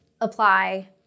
apply